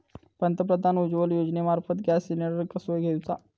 प्रधानमंत्री उज्वला योजनेमार्फत gas cylinder कसो घेऊचो?